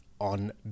on